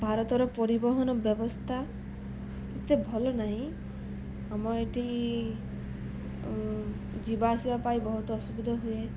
ଭାରତର ପରିବହନ ବ୍ୟବସ୍ଥା ଏତେ ଭଲ ନାହିଁ ଆମ ଏଠି ଯିବା ଆସିବା ପାଇଁ ବହୁତ ଅସୁବିଧା ହୁଏ